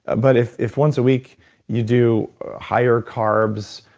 but if if once a week you do higher carbs,